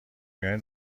میان